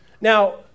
Now